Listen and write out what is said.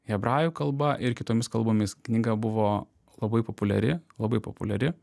hebrajų kalba ir kitomis kalbomis knyga buvo labai populiari labai populiari